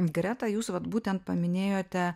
greta jūs vat būtent paminėjote